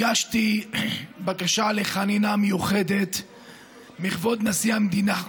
הגשתי בקשה לחנינה מיוחדת מכבוד נשיא המדינה,